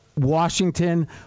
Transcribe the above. Washington